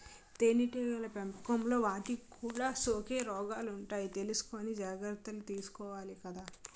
తేనెటీగల పెంపకంలో వాటికి కూడా సోకే రోగాలుంటాయని తెలుసుకుని జాగర్తలు తీసుకోవాలి కదా